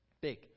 Big